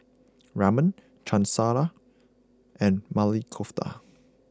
Ramen Chana Masala and Maili Kofta